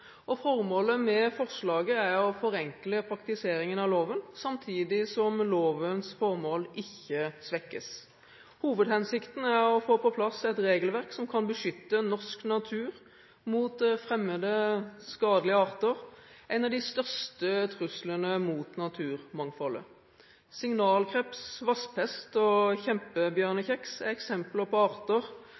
naturmangfoldloven. Formålet med forslaget er å forenkle praktiseringen av loven, samtidig som lovens formål ikke svekkes. Hovedhensikten er å få på plass et regelverk som kan beskytte norsk natur mot fremmede skadelige arter – en av de største truslene mot naturmangfoldet. Signalkreps, vasspest og kjempebjørnekjeks er eksempler på arter